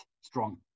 strong